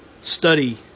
study